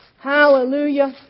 Hallelujah